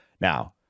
now